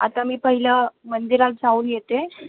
आता मी पहिलं मंदिरात जाऊन येते